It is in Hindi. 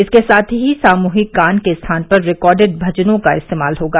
इसके साथ ही सामूहिक गान के स्थान पर रिकार्डेड भजनों का इस्तेमाल होगा